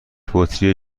بطری